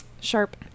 sharp